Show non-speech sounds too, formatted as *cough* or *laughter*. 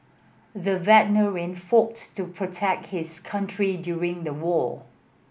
the *unintelligible* fought to protect his country during the war